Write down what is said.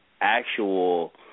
actual